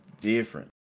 different